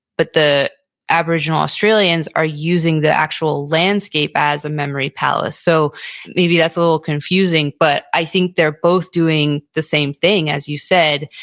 but the aboriginal australians are using the actual landscape as a memory palace. so maybe that's a little confusing, but i think they're both doing the same thing, as you said.